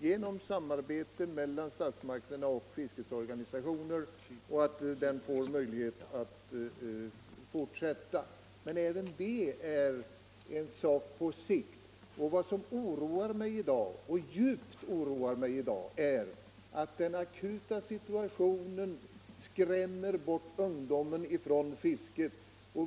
genom samverkan mellan statsmakterna och fiskets organisationer och att den får möjlighet att fortsätta sin verksamhet. Men även det är en sak på sikt. Vad som djupt oroar mig i dag är att den akuta situationen skrämmer bort ungdomen från fisket.